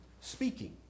speaking